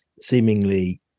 Seemingly